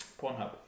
Pornhub